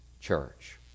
church